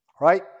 Right